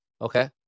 Okay